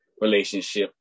relationship